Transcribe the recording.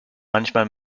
manchmal